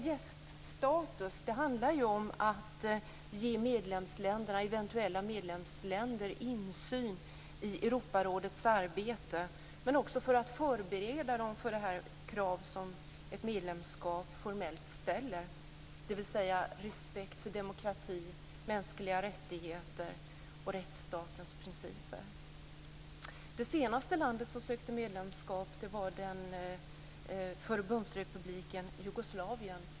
Gäststatus handlar om att ge eventuella medlemsländer insyn i Europarådets arbete och att även förbereda dem för de krav som ett medlemskap formellt ställer, dvs. respekt för demokrati, mänskliga rättigheter och rättsstatens principer. Det senaste landet som sökte medlemskap var Förbundsrepubliken Jugoslavien.